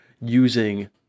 using